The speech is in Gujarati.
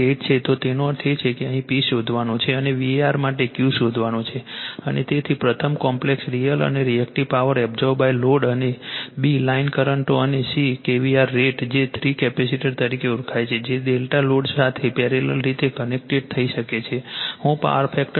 8 છે તેનો અર્થ એ કે અહીં P શોધવાનો છે અને VAr માટે Q શોધવાનો છે અને તેથી પ્રથમ કોમ્પ્લેક્સ રિઅલ અને રિએક્ટિવ પાવર એબ્સોર્બ લોડ અને b લાઇન કરંટો અને c kVAr રેટ જે થ્રી કેપેસિટર્સ તરીકે ઓળખાય છે જે ડેલ્ટા લોડ સાથે પેરેલલ રીતે કનેક્ટ થઈ શકે છે હું પાવર ફેક્ટરને 0